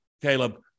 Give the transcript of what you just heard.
Caleb